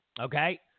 Okay